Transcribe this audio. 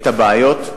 את הבעיות,